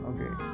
Okay